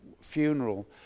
funeral